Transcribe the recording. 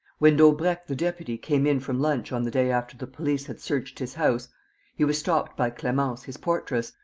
when daubrecq the deputy came in from lunch on the day after the police had searched his house he was stopped by clemence, his portress,